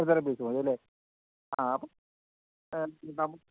piece മതിയല്ലേ ആ അപ്പം